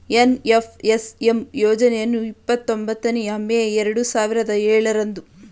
NFSM ಯೋಜನೆಯನ್ನು ಇಪ್ಪತೊಂಬತ್ತನೇಯ May ಎರಡು ಸಾವಿರದ ಏಳರಂದು ಪ್ರಾರಂಭಿಸಲಾಯಿತು